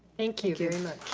thank you